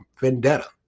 vendetta